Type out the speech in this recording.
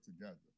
together